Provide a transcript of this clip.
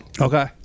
Okay